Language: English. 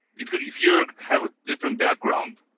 if if you're have a different background,